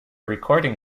recording